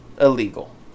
illegal